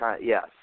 yes